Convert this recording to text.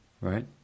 right